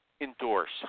endorse